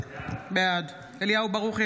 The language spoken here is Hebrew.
בעד אליהו ברוכי,